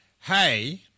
Hey